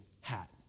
hat